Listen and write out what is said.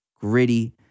gritty